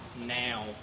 now